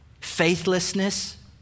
faithlessness